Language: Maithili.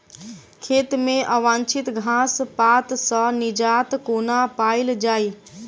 खेत मे अवांछित घास पात सऽ निजात कोना पाइल जाइ?